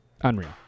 Unreal